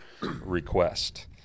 request